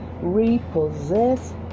repossess